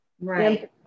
Right